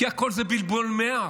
הכול זה בלבול מוח.